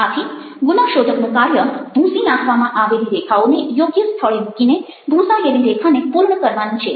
આથી ગુનાશોધકનું કાર્ય ભૂંસી નાખવામાં આવેલી રેખાઓને યોગ્ય સ્થળે મૂકીને ભૂંસાયેલી રેખાને પૂર્ણ કરવાનું છે